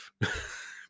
life